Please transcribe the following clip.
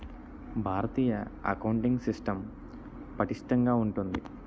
భారతీయ accounting system పటిష్టంగా ఉంటుంది